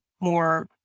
more